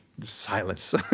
Silence